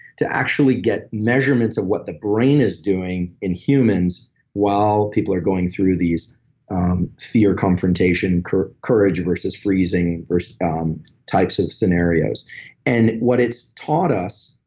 to actually get measurements of what the brain is doing in humans while people are going through these fear confrontation, courage courage versus freezing, um types of scenarios and what its taught us,